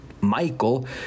Michael